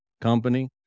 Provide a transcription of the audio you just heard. company